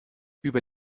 über